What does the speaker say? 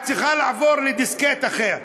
את צריכה לעבור לדיסקט אחר.